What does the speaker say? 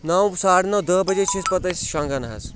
ساڑٕ نَو ساڑ نَو دَہ بَجے چھِ أسۍ پَتہٕ أسۍ شۄنٛگان حظ